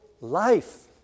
life